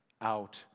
out